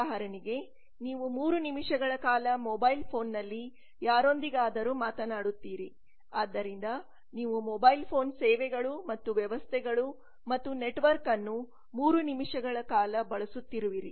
ಉದಾಹರಣೆಗೆ ನೀವು 3 ನಿಮಿಷಗಳ ಕಾಲ ಮೊಬೈಲ್ ಫೋನ್ನಲ್ಲಿ ಯಾರೊಂದಿಗಾದರೂ ಮಾತನಾಡುತ್ತೀರಿ ಆದ್ದರಿಂದ ನೀವು ಮೊಬೈಲ್ ಫೋನ್ ಸೇವೆಗಳು ಮತ್ತು ವ್ಯವಸ್ಥೆಗಳು ಮತ್ತು ನೆಟ್ವರ್ಕ್ ಅನ್ನು 3 ನಿಮಿಷಗಳ ಕಾಲ ಬಳಸುತ್ತಿರುವಿರಿ